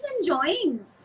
enjoying